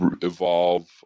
evolve